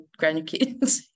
grandkids